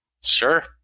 sure